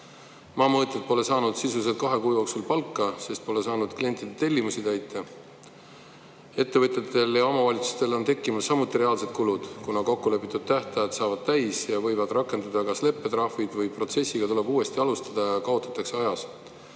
Maamõõtjad pole sisuliselt kahe kuu jooksul palka saanud, sest nad pole saanud klientide tellimusi täita. Ettevõtjatele ja omavalitsustele on tekkimas samuti reaalsed kulud, kuna kokkulepitud tähtajad saavad täis ja võivad rakenduda kas leppetrahvid või protsessiga tuleb uuesti alustada, nii et kaotatakse ajas.